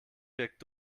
wirkt